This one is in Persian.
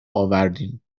آوردیم